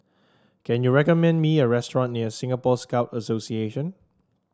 can you recommend me a restaurant near Singapore Scout Association